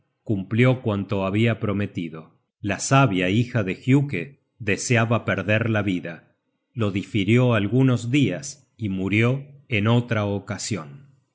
cumplió cuanto habia prometido la sabia hija de giuke deseaba perder la vida lo difirió algunos dias y murió en otra ocasion